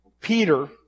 Peter